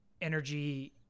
energy